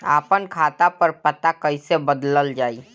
आपन खाता पर पता कईसे बदलल जाई?